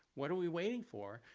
what are we waiting for?